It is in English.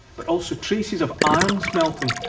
but also traces of iron smelting,